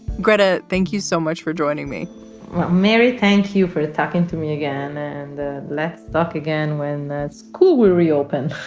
gretta, thank you so much for joining me mary, thank you for talking to me again. and let's talk again when the school will reopen